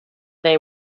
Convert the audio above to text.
they